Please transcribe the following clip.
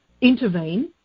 intervene